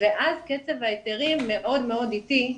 ואז קצב ההיתרים מאוד מאוד איטי,